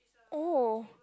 oh